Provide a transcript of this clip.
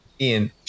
Ian